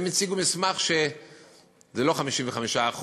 והם הציגו מסמך שזה לא 55%,